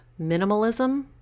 minimalism